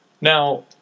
Now